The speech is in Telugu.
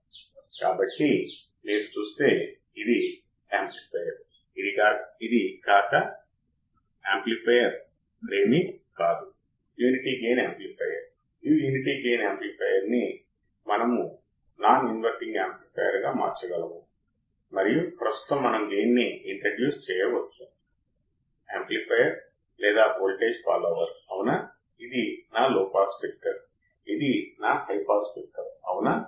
ఈ వ్యత్యాసం మరేమి కాదు కానీ మీ ఇన్పుట్ ఆఫ్సెట్ కరెంట్ మంచిది నేను రెండు ఇన్పుట్లకు సమాన DC కర్రెంట్లను వర్తింపజేస్తే నా అవుట్పుట్ 0 సరిగ్గా ఉండాలి కానీ ఆచరణాత్మకంగా అవుట్పుట్ వద్ద కొంత వోల్టేజ్ ఉంది మీరు భూమిని చూసే అవుట్పుట్ వద్ద ఎల్లప్పుడూ కొంత వోల్టేజ్ ఉంటుంది భూమి అవుట్పుట్ కొంత వోల్టేజ్ కలిగి ఉంటుంది